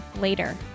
later